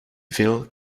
veel